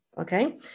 Okay